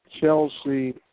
Chelsea